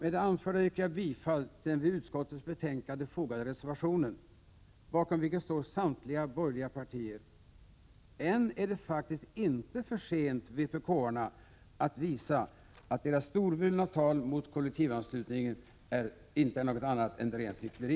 Med det anförda yrkar jag bifall till den vid utskottets betänkande fogade reservationen, bakom vilken samtliga borgerliga partier står. Än är det faktiskt inte för sent för vpk-arna att visa att deras storvulna tal mot kollektivanslutningen är något annat än rent hyckleri.